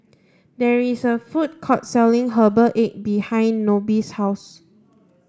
there is a food court selling herbal egg behind Nobie's house